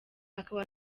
akaba